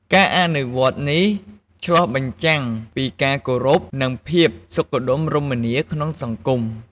ការអនុវត្តនេះឆ្លុះបញ្ចាំងពីការគោរព និងភាពសុខដុមរមនាក្នុងសង្គម។